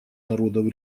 народов